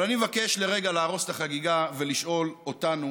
אבל אני מבקש לרגע להרוס את החגיגה ולשאול אותנו